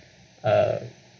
uh